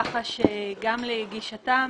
כך שגם לגישתם